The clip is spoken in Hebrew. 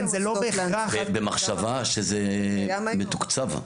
במחשבה שזה מתוקצב.